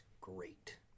great